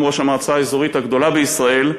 ראש המועצה האזורית הגדולה בישראל,